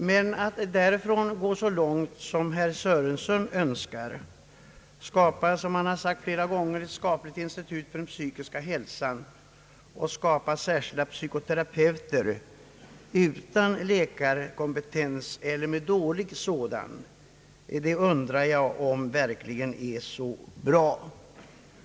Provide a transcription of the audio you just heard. Men jag undrar om det verkligen är bra att gå så långt som herr Sörenson önskar, att skapa ett statligt institut för den psykiska hälsan och ha särskilda psykoterapeuter utan läkarkompetens eller mycket dålig sådan.